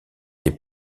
des